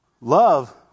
love